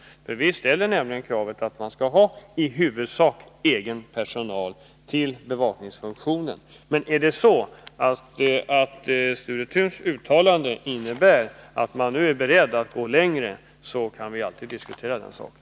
Vi ställer nämligen kravet att man skall ha i huvudsak egen personal till bevakningsfunktionen. Men är det så att Sture Thuns uttalande innebär att utskottet är berett att gå längre, kan vi alltid diskutera den saken.